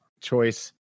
choice